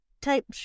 type